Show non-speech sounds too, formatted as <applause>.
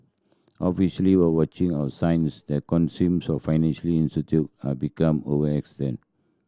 officially are watching of signs that consumes or financially <unintelligible> are become overextend